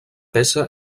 peça